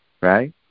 right